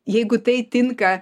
jeigu tai tinka